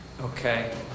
Okay